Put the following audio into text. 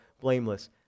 blameless